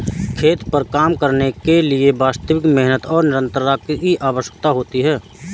खेत पर काम करने के लिए वास्तविक मेहनत और निरंतरता की आवश्यकता होती है